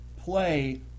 play